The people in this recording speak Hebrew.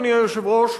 אדוני היושב-ראש,